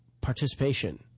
participation